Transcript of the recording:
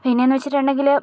പിന്നേന്ന് വച്ചിട്ടുണ്ടെങ്കില്